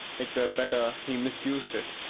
it were better he misused it,